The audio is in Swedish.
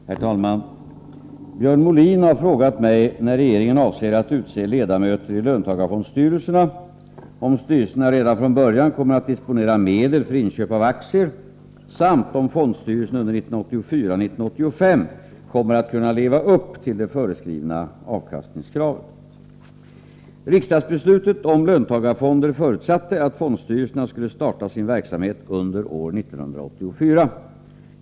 Herr talman! Björn Molin har frågat mig när regeringen avser att utse ledamöter i löntagarfondsstyrelserna, om styrelserna redan från början kommer att disponera medel för inköp av aktier samt om fondstyrelserna under 1984 och 1985 kommer att kunna leva upp till det föreskrivna avkastningskravet. Riksdagsbeslutet om löntagarfonder förutsatte att fondstyrelserna skulle starta sin verksamhet under år 1984.